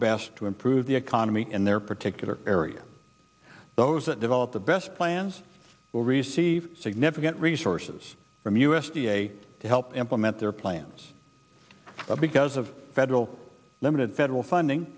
best to improve the economy in their particular area those that develop the best plans will receive significant resources from us a to help implement their plans because of federal limited federal funding